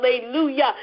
Hallelujah